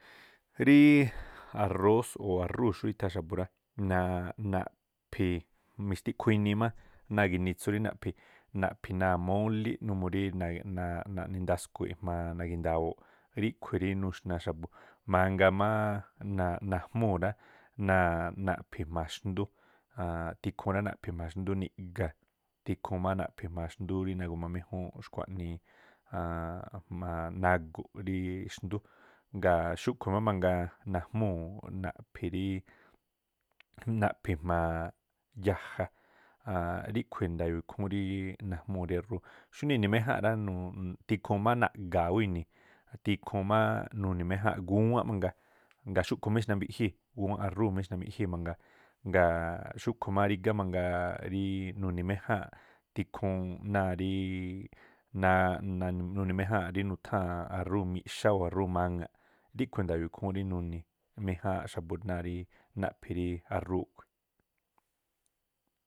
Ríí arós o̱ arúu̱ xú itha xa̱bu̱ rá, na̱a̱ꞌ- naꞌphi- mixtikhu inii má náa̱ ginitsu rí naꞌphi̱ náa̱ mólí numuu rí naꞌni ndaskui̱i̱ꞌ jma̱a nagi̱ndawooꞌ, ríꞌkhui̱ rí nuxna xa̱bu̱. Mangaa má najmúu̱ rá náa̱ naꞌphi̱ jma̱a xndú, a̱a̱nꞌ tikhuun rá naꞌphi̱ jma̱a xndú niꞌga̱a̱, tikhuun má naꞌphi̱ jma̱a xndú rí nagu̱ma méjúúnꞌ xkua̱ꞌnii a̱a̱nꞌ jma̱a nagu̱ꞌ rí xndú. Ngaa̱ xúꞌkhu̱ má mangaa najmúu̱ naꞌphi ríí, naꞌphi jma̱a yaja a̱a̱nꞌ ríꞌkhui̱ nda̱yo̱o̱ ikhúún ríí najmúu̱ rí arúu̱. Xúnii ini̱ méjáa̱nꞌ rá, nuuꞌ tikhuun má naꞌga̱a̱ ú ini̱, tikhuun má nuni̱ méjáánꞌ gúwánꞌ mangaa, ngaa̱ xúꞌkhu̱ má ixnambiꞌjíi̱, gúwánꞌ arúu̱ má ixnambiꞌjíi̱ mangaa, nga̱a̱ꞌ xúkhu̱ má rígá mangaa ríí nuni̱ méjáa̱nꞌ tikhuun náa̱ ríí naaꞌ- nuni̱- méjáa̱nꞌ rí nutháa̱n arúu̱ miꞌxá o̱ arúu̱ maŋa̱ꞌ. Ríꞌkhui̱ nda̱yo̱o̱ ikhúún rí nuni̱ méjáánꞌ xa̱bu̱ náa̱ rí naꞌphi rí arúu̱ khui̱.